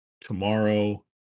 tomorrow